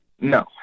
No